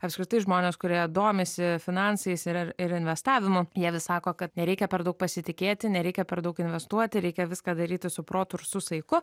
apskritai žmonės kurie domisi finansinais ir investavimu jie vis sako kad nereikia per daug pasitikėti nereikia per daug investuoti reikia viską daryti su protu ir su saiku